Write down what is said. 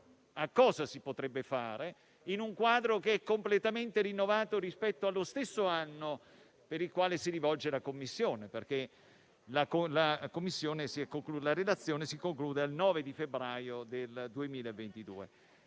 a cosa si potrebbe fare in un quadro che è completamente rinnovato rispetto allo stesso anno al quale si rivolge il Comitato, perché la relazione si conclude al 9 febbraio del 2022.